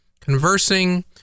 conversing